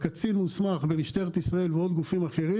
לקצין מוסמך במשטרת ישראל ועוד גופים אחרים